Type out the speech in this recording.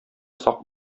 сак